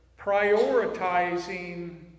prioritizing